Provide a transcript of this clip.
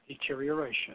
deterioration